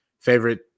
favorite